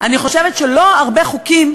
אני חושבת שלא הרבה חוקים